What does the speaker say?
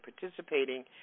participating